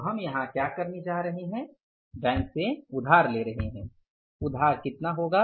तो हम यहाँ क्या करने जा रहे हैं बैंक से उधार ले रहे हैं उधार कितना होगा